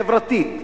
חברתית,